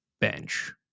bench